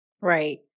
Right